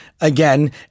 again